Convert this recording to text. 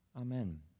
Amen